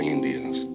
Indians